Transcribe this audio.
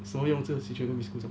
sorry 用这个 situation 跟 miss khoo 讲